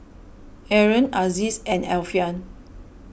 Aaron Aziz and Alfian